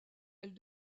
elle